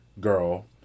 girl